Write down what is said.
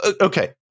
okay